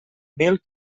mil